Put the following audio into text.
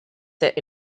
set